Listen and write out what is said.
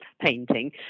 painting